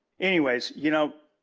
banyway, you know,